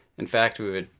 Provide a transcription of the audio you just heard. in fact, we would,